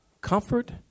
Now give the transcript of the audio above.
Comfort